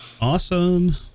awesome